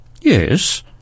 Yes